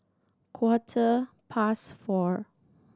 quarter past four